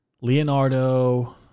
Leonardo